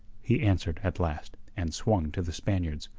he answered at last, and swung to the spaniards.